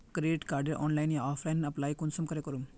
Credit कार्डेर online या offline apply कुंसम करे करूम?